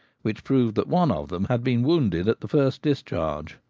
which proved that one of them had been wounded at the first discharge.